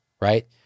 right